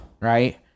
Right